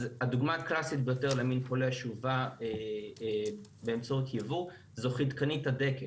אז הדוגמא הקלאסית בהקשר למין פולש שהובא באמצעות ייבוא זו חדקנית הדקל,